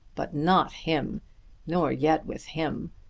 but not him nor yet with him!